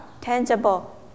tangible